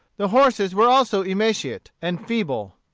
the horses were also emaciate and feeble.